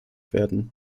werden